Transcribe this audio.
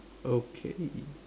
okay